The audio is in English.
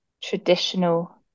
traditional